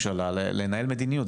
ומהממשלה לנהל מדיניות,